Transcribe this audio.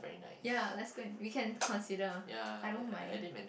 ya let's go and we can consider I don't mind